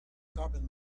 carbon